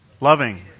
Loving